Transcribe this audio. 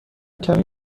کمی